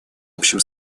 общим